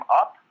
up